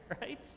right